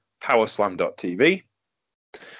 Powerslam.tv